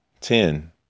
ten